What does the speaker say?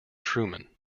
truman